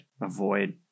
avoid